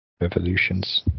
Revolutions